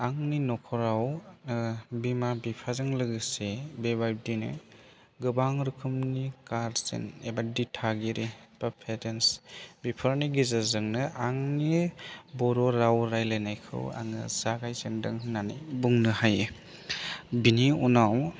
आंनि नखराव बिमा बिफाजों लोगोसे बेबायदिनो गोबां रोखोमनि गार्जेन एबा दिथागिरि बा पेरेन्स बेफोरनि गेजेरजोंनो आंनि बर' राव रायज्लायनायखौ आङो जागायजेनदों होन्नानै बुंनो हायो बिनि उनाव